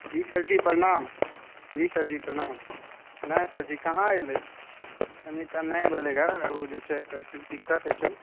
जी sir जी प्रणाम जी सर जी प्रणाम नहि सर जी कहाँ एलै कनि तऽ नहि भेलै हँ उ जे छै कनि दिक्कत हइ छै